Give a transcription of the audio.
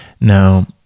Now